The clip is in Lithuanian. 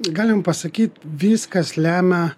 galim pasakyt viskas lemia